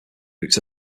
routes